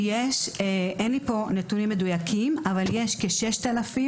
אין לי כאן נתונים מדויקים אבל יש כ-6,000,